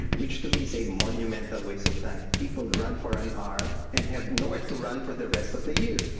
which to me is a monumental waste of time, people run for an hour and have nowhere to run for the rest of the year!